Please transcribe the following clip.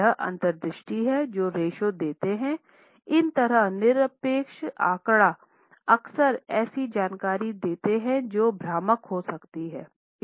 यह अंतर्दृष्टि है जो रेश्यो देते हैं इन तरह निरपेक्ष आंकड़ा अक्सर ऐसी जानकारी देते हैं जो भ्रामक हो सकती है